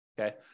okay